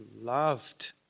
loved